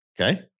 Okay